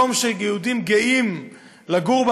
מקום שבו יהודים גאים לגור,